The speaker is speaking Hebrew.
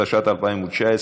התשע"ט 2019,